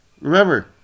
remember